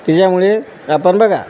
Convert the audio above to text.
तिच्यामुळे आपण बघा